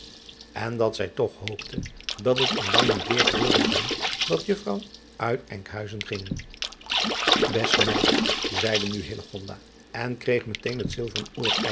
en dat zij toch hoopte dat het in lang niet weêr gebeuren zou dat juffrouw uit nkhuizen ging este meid zeide nu en kreeg met